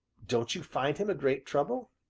don't you find him a great trouble?